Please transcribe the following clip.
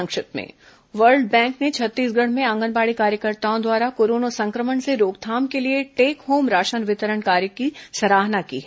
संक्षिप्त समाचार world bank ने छत्तीसगढ़ में आंगनबाड़ी कार्यकर्ताओं द्वारा कोरोना संक्रमण से रोकथाम के लिए टेक होम राशन वितरण कार्य की सराहना की है